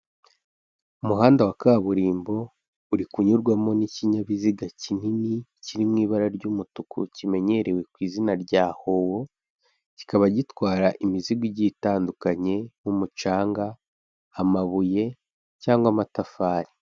Umuhanda wa kaburimbo, uri kunyurwamo n'ikinyabiziga kinini, kiri mu ibara ry'umutuku, kimenyerewe ku izina rya howo, kikaba gitwara imizigo igiye itandukanye nk'umucanga, amabuye cyangwa amatafari.